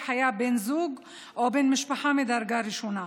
היה בן זוג או בן משפחה מדרגה ראשונה.